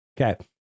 Okay